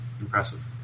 impressive